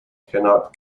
cannot